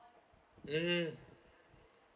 mm